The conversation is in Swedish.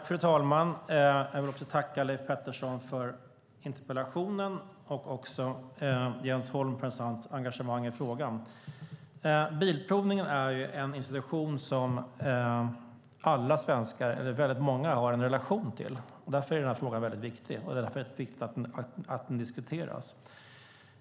Fru talman! Jag vill tacka Leif Pettersson för interpellationen och också Jens Holm för sant engagemang i frågan. Bilprovningen är en institution som väldigt många svenskar har en relation till, och därför är frågan väldigt viktig. Därför är det också viktigt att den diskuteras.